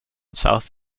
south